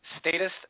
Status